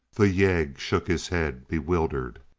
the yegg shook his head, bewildered.